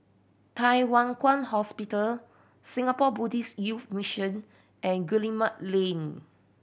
Thye Hua Kwan Hospital Singapore Buddhist Youth Mission and Guillemard Lane